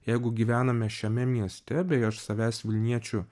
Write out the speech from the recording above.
jeigu gyvename šiame mieste beje aš savęs vilniečiu